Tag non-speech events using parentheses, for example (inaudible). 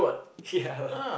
ya lah (laughs)